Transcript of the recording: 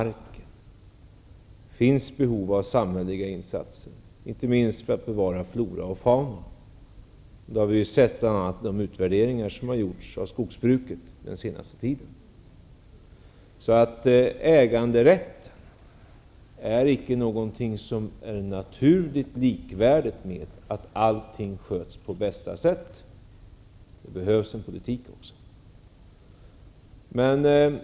Det finns ett behov av samhälleliga insatser, inte minst för att vi skall kunna bevara flora och fauna. Det framgår bl.a. av de utvärderingar som har gjorts under den senaste tiden när det gäller skogsbruket. Äganderätten är således icke något som är naturligt likvärdigt med att allting sköts på bästa sätt. Det behövs också en politik.